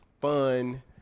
fun